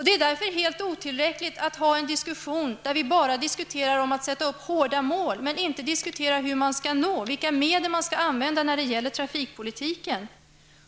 Det är därför helt otillräckligt att ha en diskussion enbart om hårda mål och inte diskutera hur vi skall nå dem, vilka medel vi skall använda när det gäller trafikpolitiken.